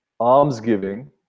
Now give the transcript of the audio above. almsgiving